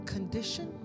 Condition